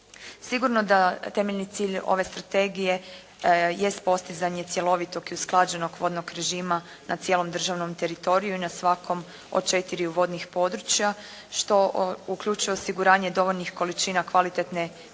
Sigurno da temeljni cilj ove strategije jest postizanje cjelovitog i usklađenog vodnog režima na cijelom državnom teritoriju i na svakom od četiri vodnih područja što uključuje osiguranje dovoljnih količina kvalitetne pitke